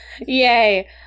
yay